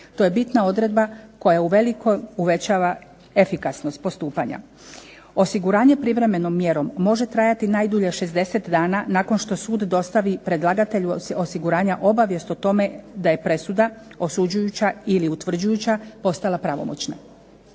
To je bitna odredba koja uveliko uvećava efikasnost postupanja. Osiguranje privremenom mjerom može trajati najdulje 60 dana nakon što sud dostavi predlagatelju osiguranja obavijest o tome da je presuda osuđujuća ili utvrđujuća postala pravomoćna.